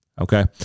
okay